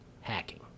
hacking